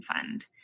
fund